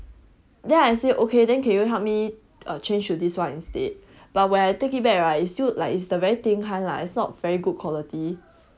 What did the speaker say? then I say okay then can you help me err change to this one instead but when I take it back right it's still like is the very thin kind lah it's not very good quality